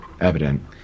evident